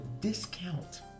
discount